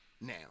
now